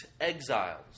exiles